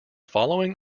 following